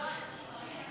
ההורים